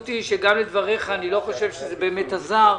גם מדבריך אני לא חושב שזה באמת עזר.